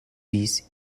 peace